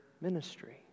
Ministry